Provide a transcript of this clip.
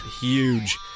Huge